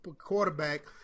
quarterback